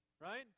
Right